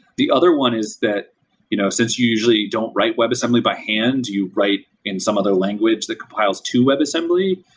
the other one is that you know since you usually don't write webassembly by hand, you write in some other language that compiles two wbassembly.